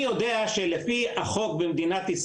אני --- לגורמים בכירים עד בכירים מאוד במוסד לביטוח לאומי כמה